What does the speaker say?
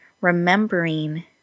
remembering